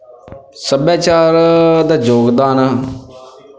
ਸੱਭਿਆਚਾਰ ਦਾ ਯੋਗਦਾਨ